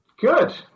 Good